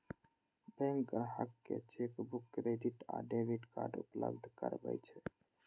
bank ग्राहक कें chequebook, credit आ डेबिट कार्ड उपलब्ध करबै छै